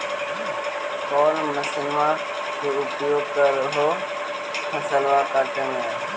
कौन मसिंनमा के उपयोग कर हो फसलबा काटबे में?